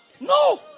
No